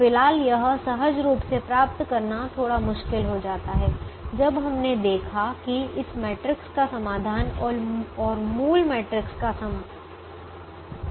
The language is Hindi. फिलहाल यह सहज रूप से प्राप्त करना थोड़ा मुश्किल हो जाता है जब हमने देखा कि इस मैट्रिक्स का समाधान और मूल मैट्रिक्स समान हैं